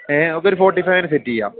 ഏ നമക്കൊരു ഫോർട്ടി ഫൈവിന് സെറ്റീയ്യാം